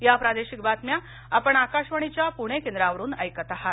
या प्रादेशिक बातम्या आपण आकाशवाणीच्या पूणे केंद्रावरून ऐकत आहात